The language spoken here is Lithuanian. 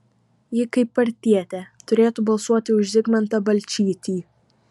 ji kaip partietė turėtų balsuoti už zigmantą balčytį